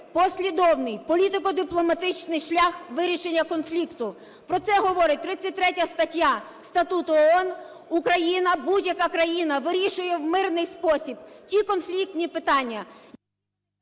послідовний політико-дипломатичний шлях вирішення конфлікту. Про це говорить 33 стаття Статуту ООН: Україна, будь-яка країна вирішує в мирний спосіб ті конфліктні питання…